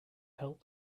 help